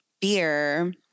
beer